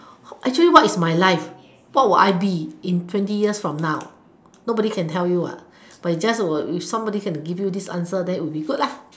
actually what is my life what would I be in twenty years from now nobody can tell you what but if just were if somebody can give you this answer then it will be good lah